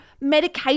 medication